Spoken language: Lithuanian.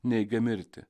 neigia mirtį